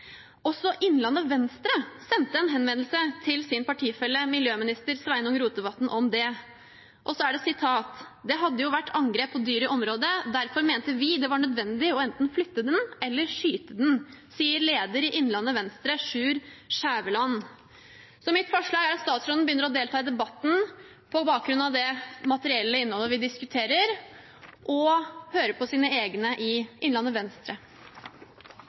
Også Innlandet Venstre sendte en henvendelse til sin partifelle miljøminister Sveinung Rotevatn om det. Og så er det: «Det hadde jo vært angrep på dyr i området. Derfor mente vi at det var nødvendig å enten flytte den eller skyte den.» Det sier leder av Innlandet Venstre, Sjur Skjævesland. Så mitt forslag er at statsråden begynner å delta i debatten på bakgrunn av det materielle innholdet vi diskuterer, og hører på sine egne i Innlandet Venstre.